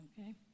okay